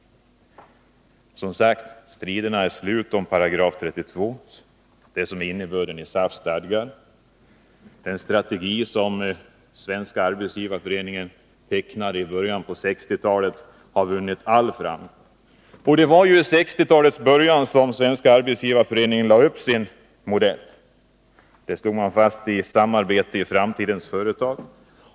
Striderna om §32 i SAF:s stadgar är slut. Den strategi som Svenska arbetsgivareföreningen presenterade i början av 1960-talet har vunnit all framgång. Arbetsgivareföreningen lade då fram den modell där man slog fast hur samarbetet skulle ske i framtidens företag.